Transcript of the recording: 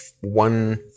one